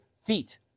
feet